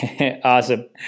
Awesome